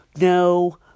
no